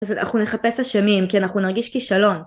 אז אנחנו נחפש אשמים כי אנחנו נרגיש כישלון